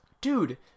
Dude